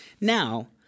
Now